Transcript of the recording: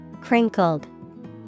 Crinkled